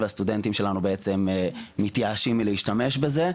והסטודנטים שלנו בעצם מתייאשים מלהשתמש בזה.